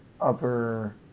upper